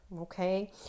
Okay